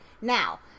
Now